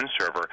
server